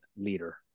leader